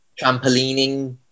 trampolining